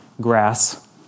grass